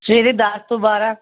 ਸਵੇਰੇ ਦਸ ਤੋਂ ਬਾਰਾਂ